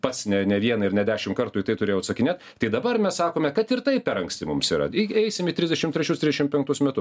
pats ne ne vieną ir ne dešim kartų į tai turėjau atsakinėt tai dabar mes sakome kad ir tai per anksti mums yra į eisim į trisdešim trečius trisdešim penktus metus